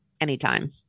anytime